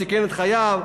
סיכן את חייו,